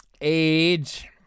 age